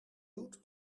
doet